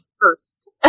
first